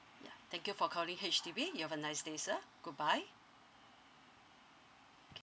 yeah thank you for calling H_D_B you have a nice day sir goodbye